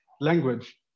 language